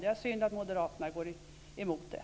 Det är synd att Moderaterna går emot.